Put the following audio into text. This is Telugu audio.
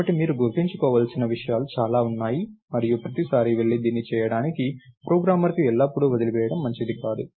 కాబట్టి మీరు గుర్తుంచుకోవాల్సిన విషయాలు చాలా ఉన్నాయి మరియు ప్రతిసారీ వెళ్లి దీన్ని చేయడానికి ప్రోగ్రామర్కు ఎల్లప్పుడూ వదిలివేయడం మంచిది కాదు